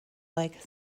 like